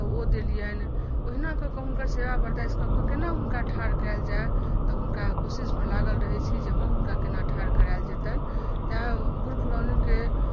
तँ ओ देलियनि ओहिना कऽ कऽ हुनकर सेवा बरदासि कऽ कऽ हुनका ठाढ़ कयल जाय तँ हुनका कोशिशमे लागल रहै छी जे हम कोना हुनका ठाढ़ करायल जेतनि तेँ बूढ़ पुरान लोकके